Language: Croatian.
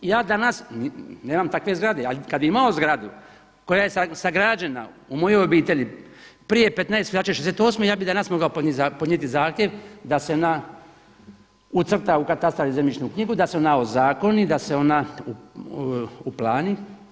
Ja danas nemam takve zgrade, ali kad bih imao zgradu koja je sagrađena u mojoj obitelji prije 15. veljače '68. ja bih danas mogao podnijeti zahtjev da se ucrta u katastar i zemljišnu knjigu, da se ona ozakoni, da se ona uplani.